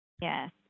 Yes